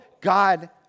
God